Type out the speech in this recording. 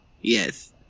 yes